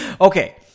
Okay